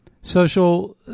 social